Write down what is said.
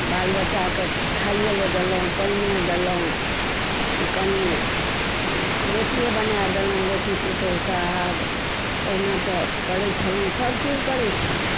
बाल बच्चाके खाइए लए देलहुँ पानिये देलहुँ कनी रोटीये बना देलहुँ बेटी पुतोहूके आब पहिने तऽ करै छलहुँ सब चीज करै छलहुँ